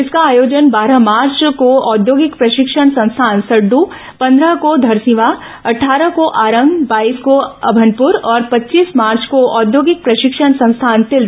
इसका आयोजन बारह मार्च को औद्योगिक प्रशिक्षण संस्थान सड़द पंद्रह को धरसींवा अट्ठारह को आरंग बाईस को अमनपुर और पच्चीस मार्च को औद्योगिक प्रशिक्षण संस्थान तिल्दा में होगा